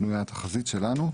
ועל בסיסו בנויה התחזית שלנו,